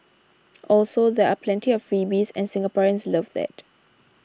also there are plenty of freebies and Singaporeans love that